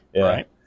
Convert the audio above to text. Right